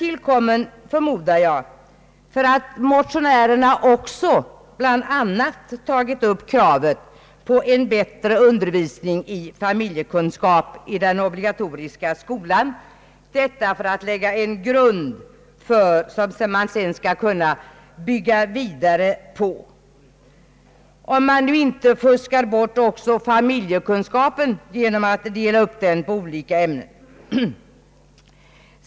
Det har, förmodar jag, tillkommit därför att motionärerna också bl.a. tagit upp kravet på en bättre undervisning i familjekunskap i den obligatoriska skolan, detta för att lägga en grund som man sedan skall kunna bygga vidare på — om man inte i skolan fuskar bort också familjekunskapen genom att dela upp den på olika ämnen.